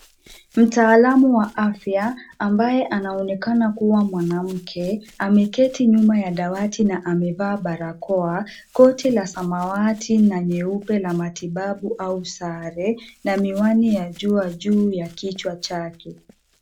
Mtaalamu wa afya ambaye anaonekana kuwa mwanamke ameketi nyuma ya dawati na amevaa barakoa, koti la samawati na nyeupe la matibabu au sare na miwani ya jua juu ya kichwa chake.